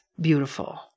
beautiful